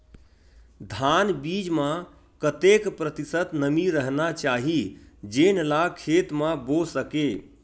धान बीज म कतेक प्रतिशत नमी रहना चाही जेन ला खेत म बो सके?